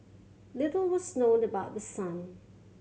little was known about the son